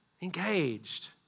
engaged